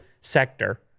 sector